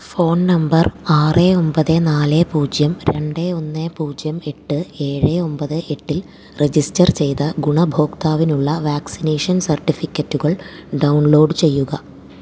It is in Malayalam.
ഫോൺ നമ്പർ ആറ് ഒമ്പത് നാല് പൂജ്യം രണ്ട് ഒന്ന് പൂജ്യം എട്ട് ഏഴ് ഒമ്പത് എട്ടിൽ രജിസ്റ്റർ ചെയ്ത ഗുണഭോക്താവിനുള്ള വാക്സിനേഷൻ സർട്ടിഫിക്കറ്റുകൾ ഡൗൺലോഡ് ചെയ്യുക